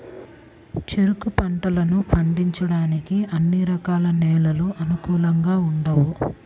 చెరుకు పంటను పండించడానికి అన్ని రకాల నేలలు అనుకూలంగా ఉండవు